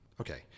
Okay